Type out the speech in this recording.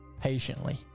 patiently